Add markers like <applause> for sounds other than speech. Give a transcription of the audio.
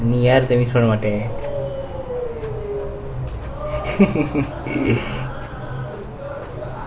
நீ யாரு:nee yaaru miss பன்ன மாட்ட:panna matta <laughs>